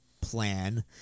plan